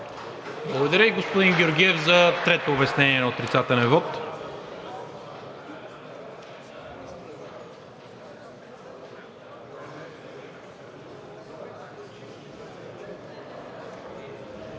Благодаря. Господин Георгиев за трето обяснение на отрицателен вот.